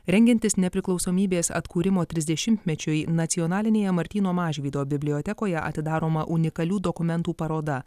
rengiantis nepriklausomybės atkūrimo trisdešimtmečiui nacionalinėje martyno mažvydo bibliotekoje atidaroma unikalių dokumentų paroda